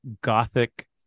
gothic